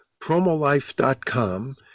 promolife.com